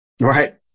Right